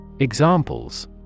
Examples